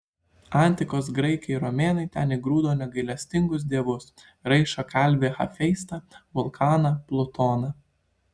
antikos graikai ir romėnai ten įgrūdo negailestingus dievus raišą kalvį hefaistą vulkaną plutoną